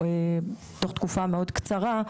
בתוך תקופה מאוד קצרה,